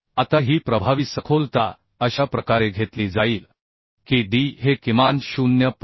आता ही प्रभावी सखोलता अशा प्रकारे घेतली जाईल की d हे किमान 0